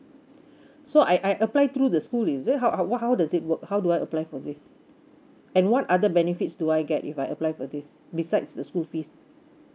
so I I apply through the school is it how how what how does it work how do I apply for this and what other benefits do I get if I apply for this besides the school fees